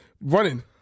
running